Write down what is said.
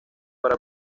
para